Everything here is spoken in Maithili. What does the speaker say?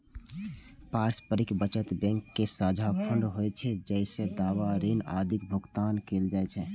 पारस्परिक बचत बैंक के साझा फंड होइ छै, जइसे दावा, ऋण आदिक भुगतान कैल जाइ छै